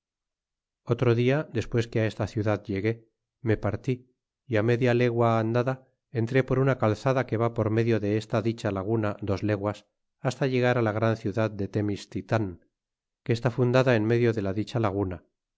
otro dis despues que á esta ciudad llegué me e partí y inedia legua andada entré por una calzada que va por medid de esta dicha laguna dos leguas fasta llegar á la gran u ciudad de temixtitan que está fundada en medio de la dicha la